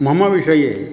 मम विषये